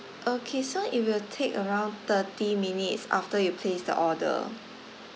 okay so it will take around thirty minutes after you place the order